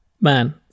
man